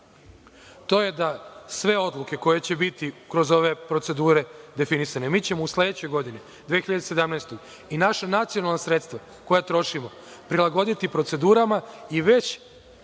to je da sve odluke koje će biti kroz ove procedure definisane, mi ćemo u sledećoj godini 2017. i naša nacionalna sredstva koja trošimo, prilagoditi procedurama i već